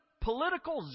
political